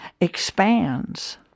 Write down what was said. expands